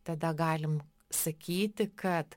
tada galim sakyti kad